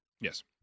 Yes